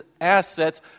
assets